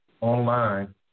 online